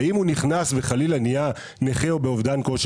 ואם הוא נכנס וחלילה נהיה נכה או באובדן כושר